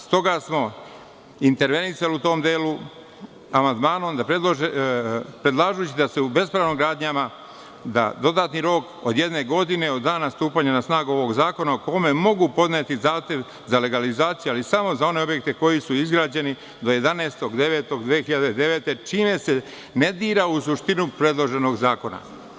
S toga smo intervenisali u tom delu amandmanom predlažući da se bespravnim gradnjama da dodatni rok od jedne godine od dana stupanja na snagu ovog zakona po kome mogu podneti zahtev za legalizaciju, ali samo za one objekte koji su izgrađeni do 11.9.2009. godine, čime se ne dira u suštinu predloženog zakona.